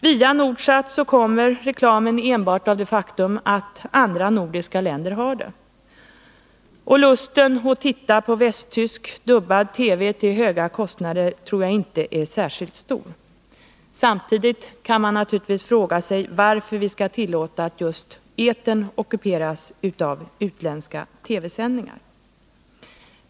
Via Nordsat kommer reklamen, enbart av det enkla skälet att andra nordiska länder har den. Lusten att titta på västtysk dubbad TV till höga kostnader tror jag inte är särskilt stor. Samtidigt kan man naturligtvis fråga sig varför vi skall tillåta att just etern ockuperas av utländska TV-sändningar.